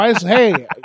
hey